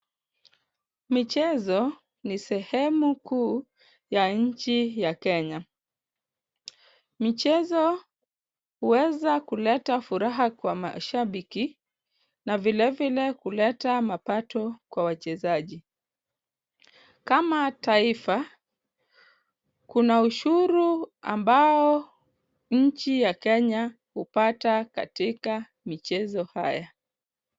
Michezo ni sehemu kuu ya nchi ya Kenya. Michezo huweza kuleta furaha kwa mashabiki na vile vile kuleta mapato kwa wachezaji. Kama taifa, kuna ushuru ambao nchi ya Kenya hupata katika michezo haya.